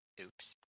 oops